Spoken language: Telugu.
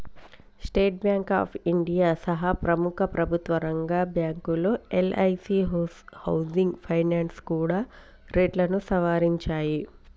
స్టేట్ బాంక్ ఆఫ్ ఇండియా సహా ప్రముఖ ప్రభుత్వరంగ బ్యాంకులు, ఎల్ఐసీ హౌసింగ్ ఫైనాన్స్ కూడా రేట్లను సవరించాయి